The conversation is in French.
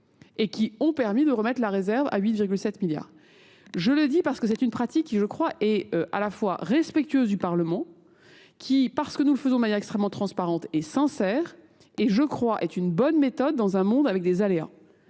et qui ont permis de remettre la réserve à 8,7 milliards. Je le dis parce que c'est une pratique qui, je crois, est à la fois respectueuse du Parlement, qui, parce que nous le faisons de manière extrêmement transparente et sincère, et je crois, est une bonne méthode dans un monde avec des aléas.